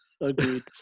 agreed